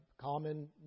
common